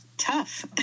tough